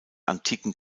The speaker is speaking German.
antiken